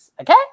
okay